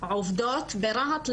עובדות ברהט?